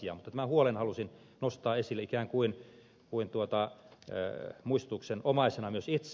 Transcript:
mutta tämän huolen halusin nostaa esille ikään kuin muistutuksenomaisena myös itse